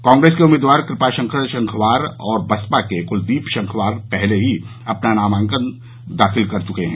कांग्रेस के उम्मीदवार कृपाशंकर शंखवार और बसपा के कुलदीप शंखवार पहले ही अपना नामांकन करा चुके हैं